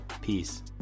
peace